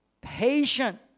patient